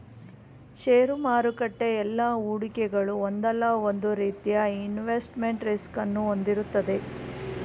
ಷೇರು ಮಾರುಕಟ್ಟೆ ಎಲ್ಲಾ ಹೂಡಿಕೆಗಳು ಒಂದಲ್ಲ ಒಂದು ರೀತಿಯ ಇನ್ವೆಸ್ಟ್ಮೆಂಟ್ ರಿಸ್ಕ್ ಅನ್ನು ಹೊಂದಿರುತ್ತದೆ